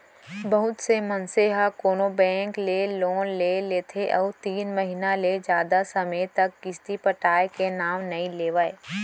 बहुत से मनसे ह कोनो बेंक ले लोन ले लेथे अउ तीन महिना ले जादा समे तक किस्ती पटाय के नांव नइ लेवय